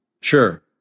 sure